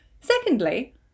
secondly